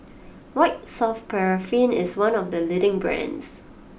White Soft Paraffin is one of the leading brands